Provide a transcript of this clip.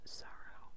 sorrow